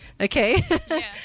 Okay